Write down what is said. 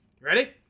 Ready